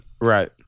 Right